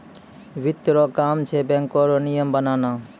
वित्त रो काम छै बैको रो नियम बनाना